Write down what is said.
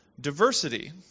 Diversity